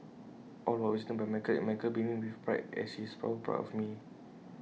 all was witnessed by my girl and my girl beaming with pride said she is so proud of me